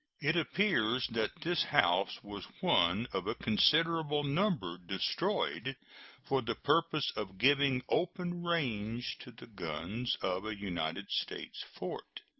it appears that this house was one of a considerable number destroyed for the purpose of giving open range to the guns of a united states fort.